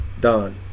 Done